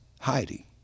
Heidi